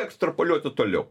ekstrapoliuoti toliau